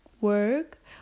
work